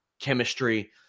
chemistry